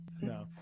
No